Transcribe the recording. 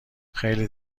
خیلی